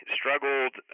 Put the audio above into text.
struggled